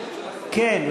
כן.